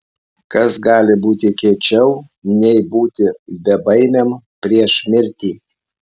kas gali būti kiečiau nei būti bebaimiam prieš mirtį